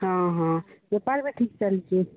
ହଁ ହଁ ବେପାର ବି ଠିକ ଚାଲଛି